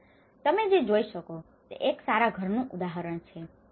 હવે તમે જે જોઈ શકો તે એક સારા ઘરનું ઉદાહરણ છે